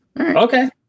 Okay